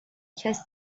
کسی